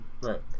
Right